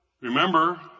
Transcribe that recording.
remember